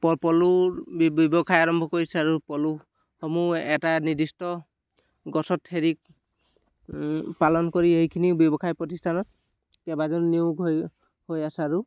পলু ব্যৱসায় আৰম্ভ কৰিছে আৰু পলুসমূহ এটা নিৰ্দিষ্ট গছত হেৰি পালন কৰি এইখিনি ব্যৱসায় প্ৰতিষ্ঠানত কেইবাজনো নিয়োগ হৈ হৈ আছে আৰু